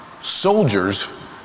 soldiers